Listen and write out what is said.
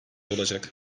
olacak